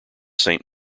saint